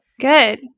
Good